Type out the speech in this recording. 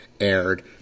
aired